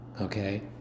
okay